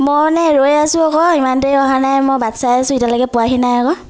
মই মানে ৰৈ আছোঁ আকৌ ইমান দেৰী অহা নাই মই বাট চাই আছোঁ এতিয়ালৈকে পোৱাহি নাই আকৌ